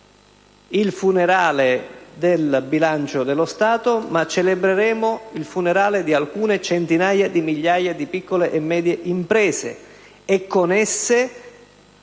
il funerale del bilancio dello Stato ma il funerale di alcune centinaia di migliaia di piccole e medie imprese, e con esse